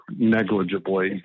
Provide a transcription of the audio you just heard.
negligibly